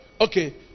Okay